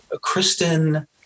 Kristen